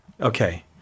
Okay